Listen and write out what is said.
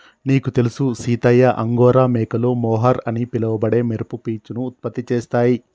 నీకు తెలుసు సీతయ్య అంగోరా మేకలు మొహర్ అని పిలవబడే మెరుపు పీచును ఉత్పత్తి చేస్తాయి